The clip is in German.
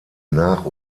nach